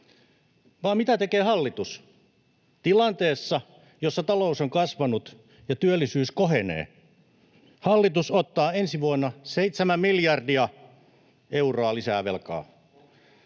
Vaan mitä tekee hallitus? Tilanteessa, jossa talous on kasvanut ja työllisyys kohenee, hallitus ottaa ensi vuonna 7 miljardia euroa lisää velkaa.